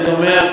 אני אומר,